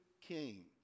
king